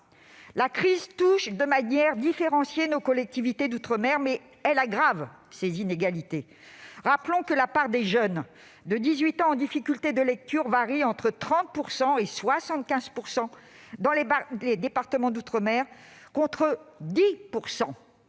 La crise touche de manière différenciée nos collectivités d'outre-mer, mais elle aggrave les inégalités. Rappelons que la part des jeunes de 18 ans en difficulté de lecture varie entre 30 % et 75 % dans les départements d'outre-mer, contre 10